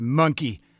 Monkey